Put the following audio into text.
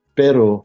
pero